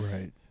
Right